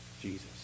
Jesus